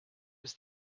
was